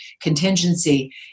contingency